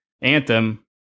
Anthem